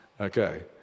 Okay